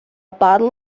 bottle